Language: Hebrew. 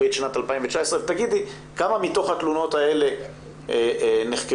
תגידי כמה מתוך התלונות האלה נחקרו,